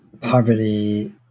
poverty